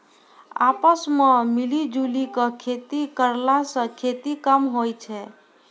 आपस मॅ मिली जुली क खेती करला स खेती कम होय छै